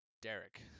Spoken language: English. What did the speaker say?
Derek